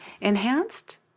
enhanced